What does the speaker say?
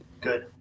Good